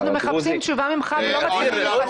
מחפשים תשובה ממך ולא מצליחים לקבל.